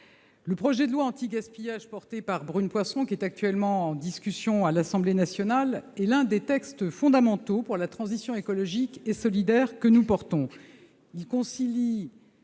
le projet de loi anti-gaspillage, porté par Brune Poirson et actuellement en discussion à l'Assemblée nationale, est l'un des textes fondamentaux pour la transition écologique et solidaire que nous défendons.